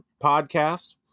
podcast